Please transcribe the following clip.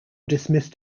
dismissed